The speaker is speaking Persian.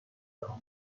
سالگرد